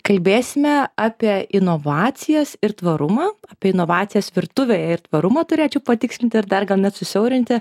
kalbėsime apie inovacijas ir tvarumą apie inovacijas virtuvėje ir tvarumą turėčiau patikslinti ir dar gal net susiaurinti